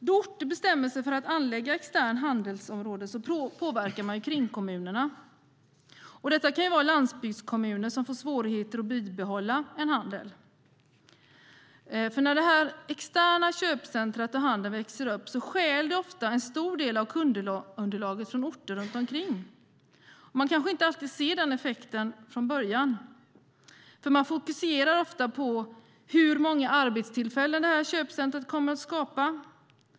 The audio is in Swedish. Då orter bestämmer sig för att anlägga externa handelsområden påverkas kringkommunerna. Det kan vara landsbygdskommuner som får svårigheter att bibehålla en handel. När det externa köpcentrumet med handel växer upp "stjäl" det ofta en stor del av kundunderlaget från orter runt omkring. Man kanske inte alltid ser denna effekt från början, för man fokuserar ofta på hur många arbetstillfällen ett köpcentrum kommer att skapa.